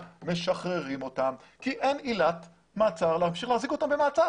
משחררים אותם כי אין עילת מעצר להמשיך להחזיק אותם במעצר.